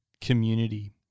community